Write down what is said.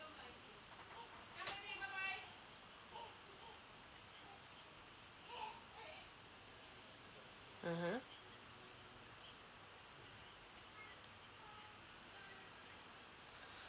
mmhmm